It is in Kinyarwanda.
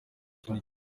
ikintu